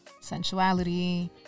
sensuality